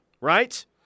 Right